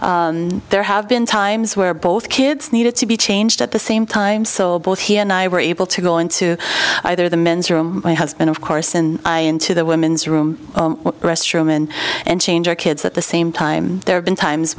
places there have been times where both kids needed to be changed at the same time so both he and i were able to go into either the men's room my husband of course and i into the women's room restroom and and change our kids at the same time there have been times